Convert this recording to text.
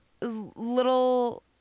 little